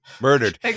Murdered